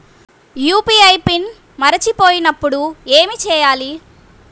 UPI pin మరచిపోయినప్పుడు ఏమి చేయాలి?